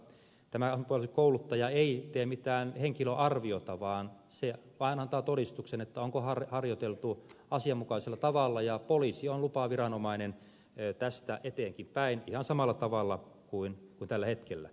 tämä ampuma asekouluttaja ei tee mitään henkilöarviota vaan vain antaa todistuksen siitä onko harjoiteltu asianmukaisella tavalla ja poliisi on lupaviranomainen tästä eteenkinpäin ihan samalla tavalla kuin tällä hetkellä